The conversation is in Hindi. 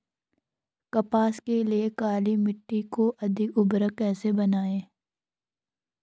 कपास के लिए काली मिट्टी को अधिक उर्वरक कैसे बनायें?